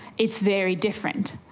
it's very different.